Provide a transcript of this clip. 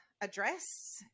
address